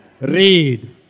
read